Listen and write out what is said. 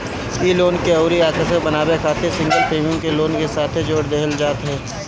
इ लोन के अउरी आकर्षक बनावे खातिर सिंगल प्रीमियम के लोन के साथे जोड़ देहल जात ह